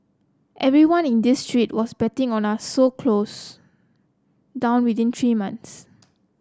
everyone in this street was betting on us so close down within three months